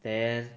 then